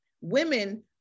Women